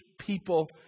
people